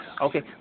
okay